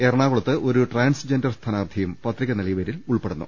എറണാകുളത്ത് ഒരു ട്രാൻസ്ജെൻഡർ സ്ഥാനാർത്ഥിയും പത്രിക നൽകിയവരിൽ ഉൾപ്പെടുന്നു